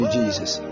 Jesus